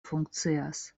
funkcias